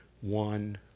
one